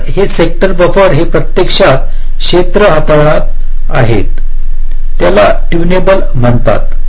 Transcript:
तर हे sector buffer हे प्रत्येक क्षेत्र हाताळत आहेत त्याला ट्यूनबल ट्री म्हणतात